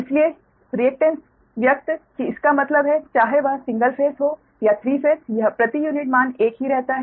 इसलिए रिएक्टेन्स व्यक्त कि इसका मतलब है चाहे वह सिंगल फेस हो या 3 फेस यह प्रति यूनिट मान एक ही रहता है